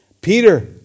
Peter